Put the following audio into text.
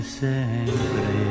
sempre